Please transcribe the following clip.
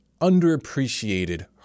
underappreciated